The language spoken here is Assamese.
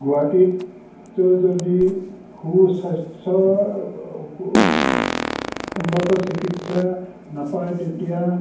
গুৱাহাটীটো যদি সু স্বাস্থ্যৰ উন্নত চিকিৎসা নাপায় তেতিয়া